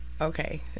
Okay